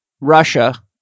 Russia